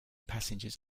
passengers